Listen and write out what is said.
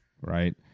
right